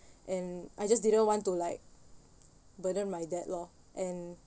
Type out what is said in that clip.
and I just didn't want to like burden my dad lor and